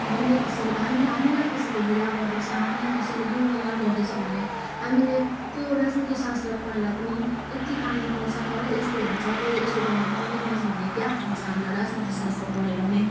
हामीले कसै हामीलाई कसैले हेला गर्दैछ हामीलाई कसैले दुर्व्यवहार गर्दैछ भने हामीले त्यो राजनीति शास्त्र पढेर पनि यत्ति कानून अनुसार तँलाई यस्तो हुन्छ तैले यस्तो गर्नु पाउँदैनस् भन्ने ज्ञात हुन्छ हामीलाइ राजनीति शास्त्र पढेर नै